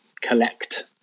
collect